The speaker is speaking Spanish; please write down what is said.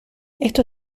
esto